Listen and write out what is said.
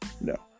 No